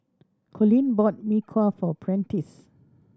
Colleen bought Mee Kuah for Prentiss